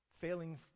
failing